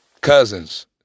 cousins